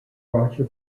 roger